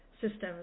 systems